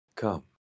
come